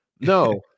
No